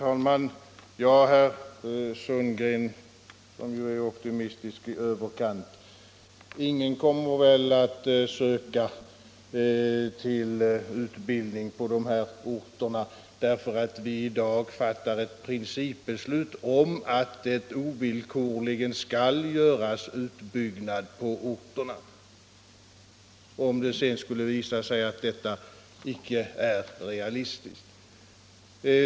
Herr talman! Herr Sundgren är optimistisk i överkant. Ingen kommer väl att söka sig till någon utbildning på dessa orter bara därför att vi i dag fattar ett principbeslut om att det ovillkorligen skall göras en sådan utbyggnad på orterna, om det sedan skulle visa sig att detta icke är realistiskt.